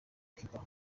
cuba